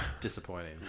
disappointing